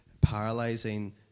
paralyzing